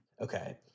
Okay